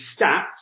stats